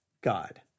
God